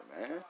man